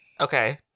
Okay